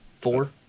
four